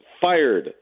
fired